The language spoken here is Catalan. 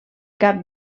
cap